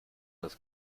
das